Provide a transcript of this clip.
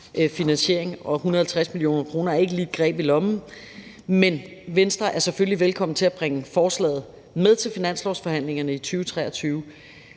finansiering, og 150 mio. kr. er ikke lige et greb i lommen. Men Venstre er selvfølgelig velkommen til at bringe forslaget med til finanslovsforhandlingerne for 2023.